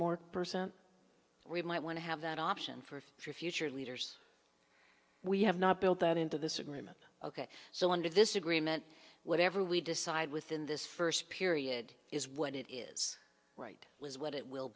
more percent we might want to have that option for future leaders we have not built that into this agreement ok so under this agreement whatever we decide within this first period is what it is right was what it will